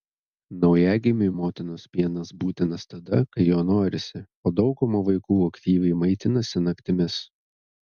naujagimiui motinos pienas būtinas tada kai jo norisi o dauguma vaikų aktyviai maitinasi naktimis